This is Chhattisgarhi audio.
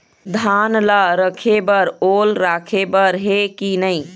धान ला रखे बर ओल राखे बर हे कि नई?